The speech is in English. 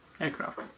aircraft